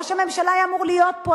ראש הממשלה היה אמור להיות פה,